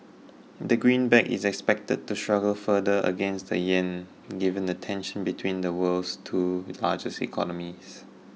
the greenback is expected to struggle further against the yen given the tension between the world's two largest economies